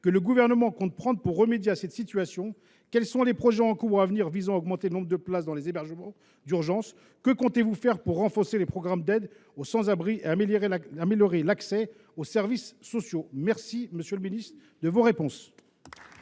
que le Gouvernement compte prendre pour remédier à cette situation. Quels sont les projets en cours ou à venir visant à augmenter le nombre de places dans les hébergements d’urgence ? Que comptez vous faire pour renforcer les programmes d’aide aux sans abri et améliorer l’accès aux services sociaux ? La parole est à M. le ministre de la transition